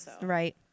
Right